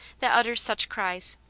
that utters such cries.